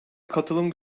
katılım